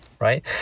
right